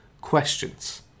questions